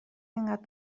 اینقدر